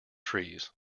trees